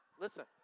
Listen